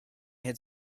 had